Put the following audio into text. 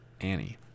annie